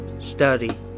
study